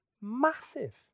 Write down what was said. massive